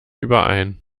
überein